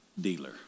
dealer